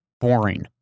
boring